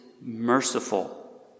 merciful